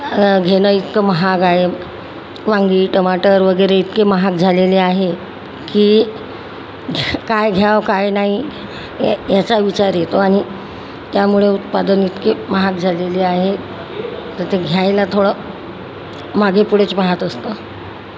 घेणं इतकं महाग आहे वांगी टमाटर वगैरे इतके महाग झालेले आहे की काय घ्याव काय नाही याचा विचार येतो आणि त्यामुळे उत्पादन इतके महाग झालेले आहे तर ते घ्यायला थोडं मागे पुढेच पहात असतो